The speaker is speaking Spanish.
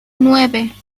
nueve